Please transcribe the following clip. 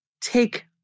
take